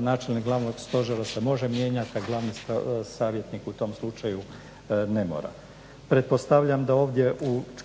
načelnik glavnog stožera se može mijenjati a glavni savjetnik u tom slučaju ne mora. Pretpostavljam da ovdje